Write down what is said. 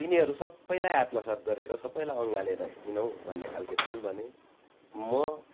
तिनीहरू सबैलाई आत्मासाथ गरेर सबैलाई अङ्गालेर हिँडौँ भन्ने खाालके छन् भने म